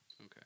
Okay